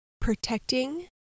protecting